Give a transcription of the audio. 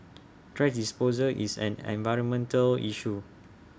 thrash disposal is an environmental issue